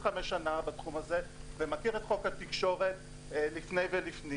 25 שנה אני בתחום הזה ומכיר את חוק התקשורת לפני ולפנים.